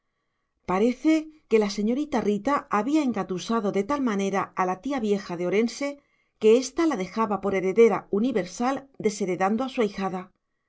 parece que la señorita rita había engatusado de tal manera a la tía vieja de orense que ésta la dejaba por heredera universal desheredando a su ahijada